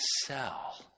sell